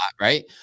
right